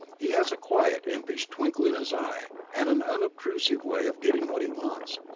he has a quiet, impish twinkle in his eye, and an unobtrusive way of getting what he wants.